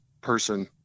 person